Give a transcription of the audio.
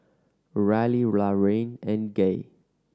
Ryleigh Laraine and Gay